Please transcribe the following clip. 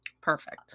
Perfect